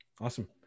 Awesome